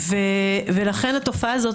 ולכן התופעה הזאת,